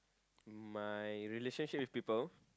my relationship with people